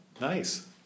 Nice